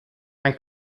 ein